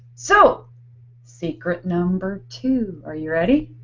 so secret number two, are you ready?